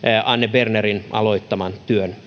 anne bernerin aloittaman työn